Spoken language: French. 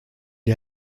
est